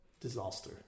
disaster